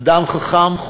אדם חכם,